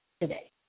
today